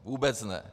Vůbec ne.